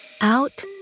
out